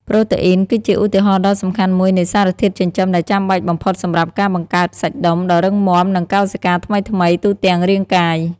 ប្រូតេអ៊ីន គឺជាឧទាហរណ៍ដ៏សំខាន់មួយនៃសារធាតុចិញ្ចឹមដែលចាំបាច់បំផុតសម្រាប់ការបង្កើត សាច់ដុំ ដ៏រឹងមាំ និង កោសិកាថ្មីៗ ទូទាំងរាងកាយ។